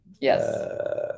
Yes